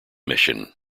mission